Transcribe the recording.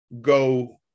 go